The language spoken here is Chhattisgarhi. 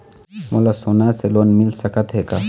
मोला सोना से लोन मिल सकत हे का?